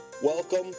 Welcome